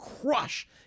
crush